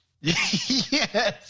Yes